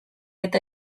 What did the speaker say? eta